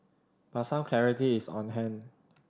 but some clarity is on hand